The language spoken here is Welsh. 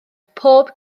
pob